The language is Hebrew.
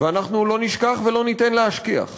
ואנחנו לא נשכח ולא ניתן להשכיח